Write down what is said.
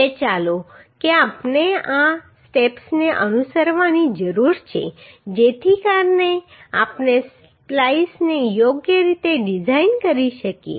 હવે ચાલો જોઈએ કે આપણે કયા સ્ટેપ્સને અનુસરવાની જરૂર છે જેથી કરીને આપણે સ્પ્લાઈસને યોગ્ય રીતે ડિઝાઇન કરી શકીએ